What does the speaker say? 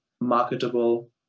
marketable